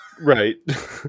Right